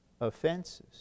Offenses